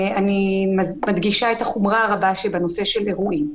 אני מדגישה את החומרה הרבה בנושא של אירועים.